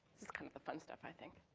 this is kind of the fun stuff, i think.